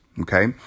Okay